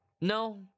No